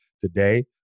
today